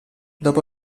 dopo